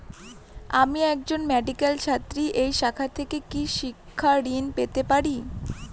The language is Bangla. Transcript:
আমি একজন মেডিক্যাল ছাত্রী এই শাখা থেকে কি শিক্ষাঋণ পেতে পারি?